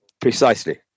Precisely